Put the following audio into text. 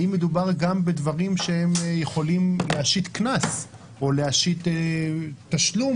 האם מדובר גם בדברים שיכולים להשית קנס או להשית תשלום